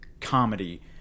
comedy